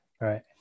right